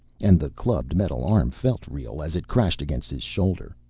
and the clubbed metal arm felt real as it crashed against his shoulder.